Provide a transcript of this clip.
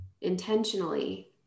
intentionally